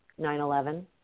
9-11